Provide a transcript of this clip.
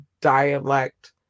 dialect